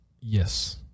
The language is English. Yes